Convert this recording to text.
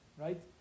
right